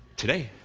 today?